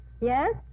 Yes